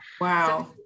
Wow